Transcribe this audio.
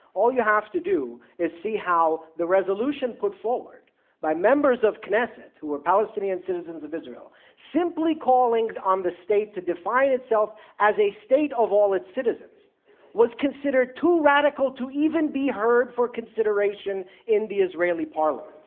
all you have to do is see how the resolution put forward by members of knesset who were palestinian citizens of israel, simply calling on the state to define itself as a state of all its citizens was considered too radical to even be heard for consideration in the israeli parliament.